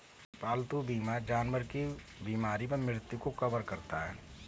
पालतू बीमा जानवर की बीमारी व मृत्यु को कवर करता है